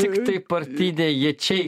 tik tai partiniai ječiai